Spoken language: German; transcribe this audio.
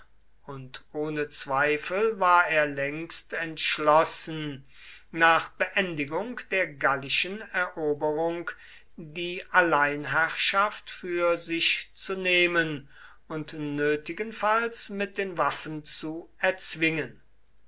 und ohne zweifel war er längst entschlossen nach beendigung der gallischen eroberung die alleinherrschaft für sich zu nehmen und nötigenfalls mit den waffen zu erzwingen